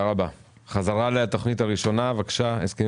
אנחנו חוזרים לכספים